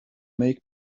make